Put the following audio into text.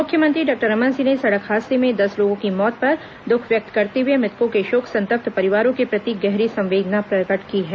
मुख्यमंत्री डॉक्टर रमने सिंह ने सड़क हादसे में दस लोगों की मौत पर दुख व्यक्त करते हुए मृतकों के शोक संतप्त परिवारों के प्रति गहरी संवेदना प्रकट की है